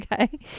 Okay